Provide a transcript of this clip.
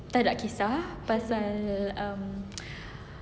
tak kisah pasal um